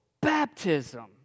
baptism